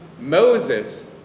Moses